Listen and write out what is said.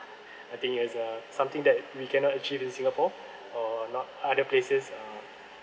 I think it's a something that we cannot achieve in singapore or not other places uh